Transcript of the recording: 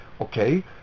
okay